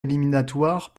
éliminatoires